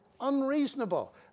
Unreasonable